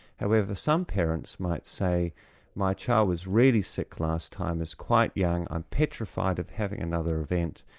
however, some parents might say my child was really sick last time, is quite young, i'm petrified of having another event,